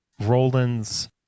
Roland's